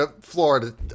Florida